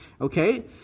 Okay